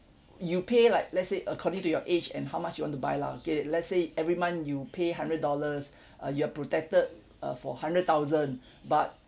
you pay like let's say according to your age and how much you want to buy lah okay let's say every month you pay hundred dollars uh you're protected uh for hundred thousand but